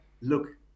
look